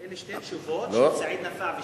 אלה שתי תשובות, לסעיד נפאע ולי.